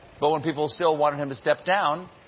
but when people still wanted him to step down,